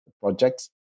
projects